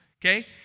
Okay